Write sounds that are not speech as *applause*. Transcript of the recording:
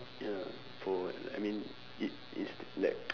ya for I mean it is like *noise*